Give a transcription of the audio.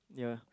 yeah